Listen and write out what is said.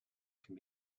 can